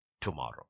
tomorrow